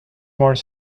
more